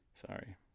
Sorry